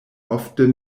ofte